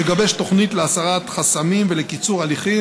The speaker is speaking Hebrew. לגבש תוכנית להסרת חסמים ולקיצור הליכים,